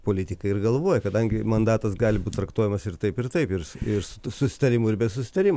politikai ir galvoja kadangi mandatas gali būt traktuojamas ir taip ir taip ir su tų susitarimų ir be susitarimų